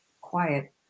quiet